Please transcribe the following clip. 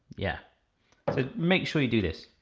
yeah. so make sure you do this.